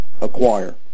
acquire